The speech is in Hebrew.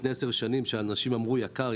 לפני 10 שנים אנשים אמרו: "יקר,